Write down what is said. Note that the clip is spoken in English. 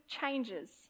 changes